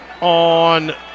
on